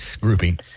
grouping